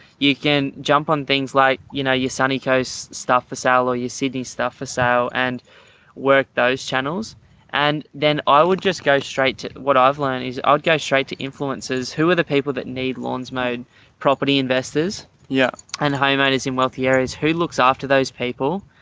you can jump on things like you know sunny coast stuff for salaries, sydney stuff aside so and work those channels and then i would just go straight to. what i've learned is i would go straight to influencers. who are the people that need loans made property investors yeah and high madison wealthy areas who looks after those people.